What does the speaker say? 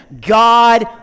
God